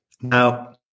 Now